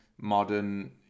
modern